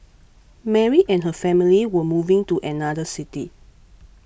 Mary and her family were moving to another city